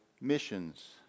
missions